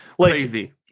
Crazy